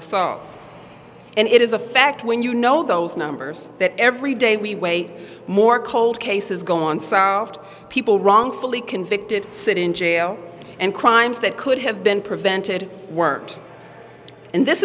assaults and it is a fact when you know those numbers that every day we way more cold cases go on soft people wrongfully convicted sit in jail and crimes that could have been prevented worse and this